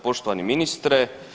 Poštovani ministre.